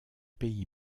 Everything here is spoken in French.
pays